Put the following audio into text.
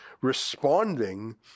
responding